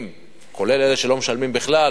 כולל אלה שלא משלמים בכלל,